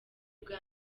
bwa